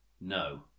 No